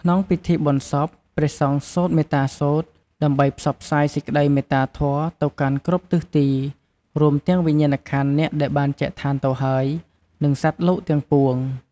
ក្នុងពិធីបុណ្យសព ព្រះសង្ឃសូត្រមេត្តាសូត្រ ដើម្បីផ្សព្វផ្សាយសេចក្តីមេត្តាធម៌ទៅកាន់គ្រប់ទិសទី រួមទាំងវិញ្ញាណក្ខន្ធអ្នកដែលបានចែកឋានទៅហើយ និងសត្វលោកទាំងពួង។